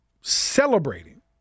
celebrating